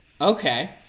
Okay